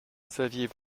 saviez